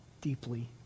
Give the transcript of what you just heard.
deeply